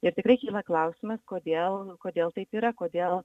ir tikrai iškyla klausimas kodėl kodėl taip yra kodėl